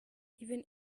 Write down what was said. even